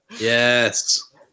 Yes